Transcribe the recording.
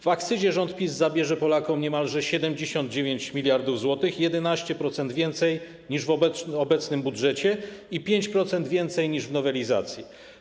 W akcyzie rząd PiS zabierze Polakom niemalże 79 mld zł i 11% więcej niż w obecnym budżecie i 5% więcej niż w nowelizacji.